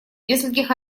нескольких